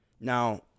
Now